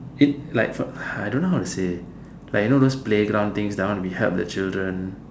if like for I don't know how to say like you know those playground things that one we help the children